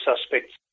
suspects